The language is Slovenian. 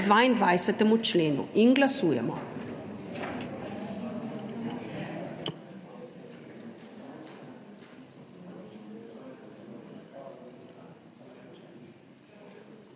22. členu. Glasujemo.